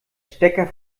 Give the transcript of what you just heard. stecker